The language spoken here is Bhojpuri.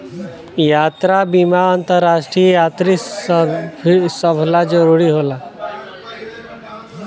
यात्रा बीमा अंतरराष्ट्रीय यात्री सभ ला जरुरी होला